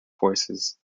forces